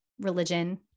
religion